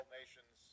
nations